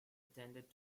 attended